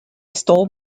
stole